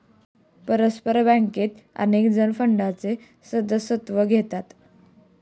परस्पर बचत बँकेत अनेकजण फंडाचे सदस्यत्व घेतात